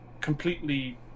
completely